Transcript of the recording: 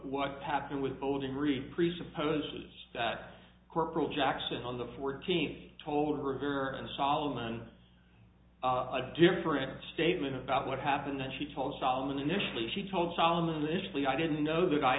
what happened with voting read presupposes that corporal jackson on the fourteenth told her and solomon a different statement about what happened then she told solomon initially she told solomon initially i didn't know that i